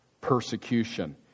persecution